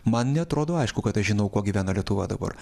man neatrodo aišku kad aš žinau kuo gyvena lietuva dabar